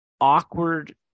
Awkward